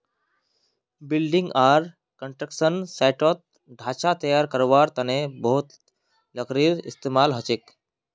building आर construction साइटत ढांचा तैयार करवार तने बहुत लकड़ीर इस्तेमाल हछेक